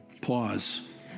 pause